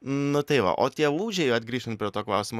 nu tai va o tie lūžiai vat grįžtant prie to klausimo